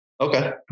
Okay